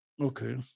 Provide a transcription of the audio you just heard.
Okay